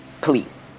Please